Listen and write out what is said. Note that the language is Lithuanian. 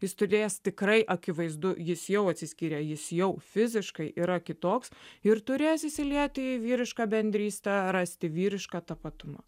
jis turės tikrai akivaizdu jis jau atsiskiria jis jau fiziškai yra kitoks ir turės įsilieti į vyrišką bendrystę rasti vyrišką tapatumą